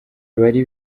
bari